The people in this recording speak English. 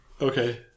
Okay